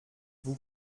vous